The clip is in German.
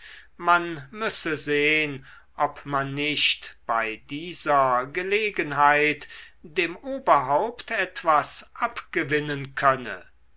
man müsse sehn ob man nicht bei dieser gelegenheit dem oberhaupt etwas abgewinnen könne